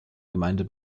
gemeinde